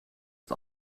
het